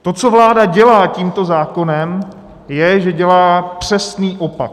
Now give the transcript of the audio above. To, co vláda dělá tímto zákonem, je, že dělá přesný opak.